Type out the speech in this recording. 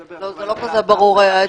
לא, זה לא היה כזה ברור אצלי.